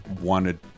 wanted